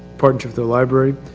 part of the library.